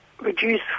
reduce